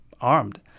armed